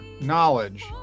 knowledge